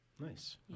Nice